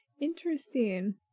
Interesting